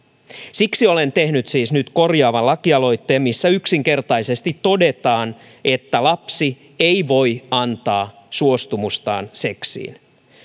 siksi olen tehnyt siis nyt korjaavan lakialoitteen missä yksinkertaisesti todetaan että lapsi ei voi antaa suostumustaan seksiin